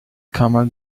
camel